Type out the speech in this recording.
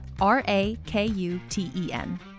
R-A-K-U-T-E-N